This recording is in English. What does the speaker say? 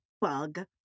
Bug